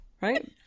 right